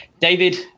David